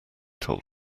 told